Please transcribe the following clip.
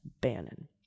bannon